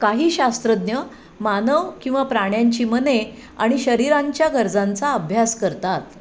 काही शास्त्रज्ञ मानव किंवा प्राण्यांची मने आणि शरीरांच्या गरजांचा अभ्यास करतात